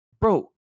bro